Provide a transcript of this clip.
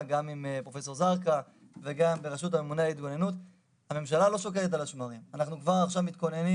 גם לרופאים וגם לכל הצוותים המנהליים ובעיקר הטכניים